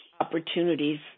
opportunities